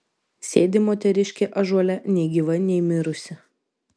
sėdi moteriškė ąžuole nei gyva nei mirusi